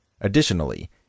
Additionally